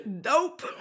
Dope